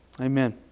Amen